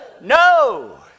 no